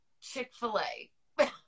Chick-fil-A